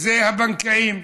זה הבנקאים.